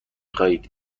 خواهید